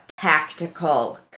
tactical